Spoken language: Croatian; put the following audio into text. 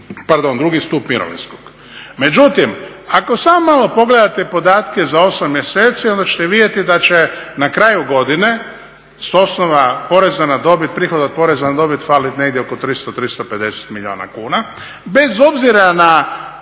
rekao, drugi stup mirovinskog. Međutim, ako samo pogledate podatke za 8 mjeseci, onda ćete vidjeti da će na kraju godine s osnova poreza na dobit, prihoda od poreza na dobit, faliti negdje oko 300, 350 milijuna kuna bez obzira na